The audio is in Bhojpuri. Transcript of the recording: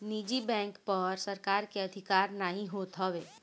निजी बैंक पअ सरकार के अधिकार नाइ होत हवे